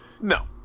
No